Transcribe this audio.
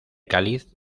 cáliz